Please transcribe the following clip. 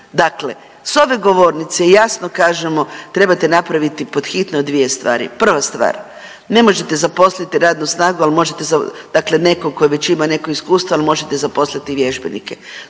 Dakle, s ove govornice jasno kažemo trebate napraviti pod hitno dvije stvari, prva stvar ne možete zaposliti radnu snagu, al možete dakle nekog